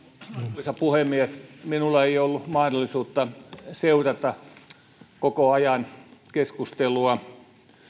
arvoisa puhemies minulla ei ole ollut mahdollisuutta seurata koko ajan keskustelua